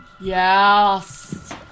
Yes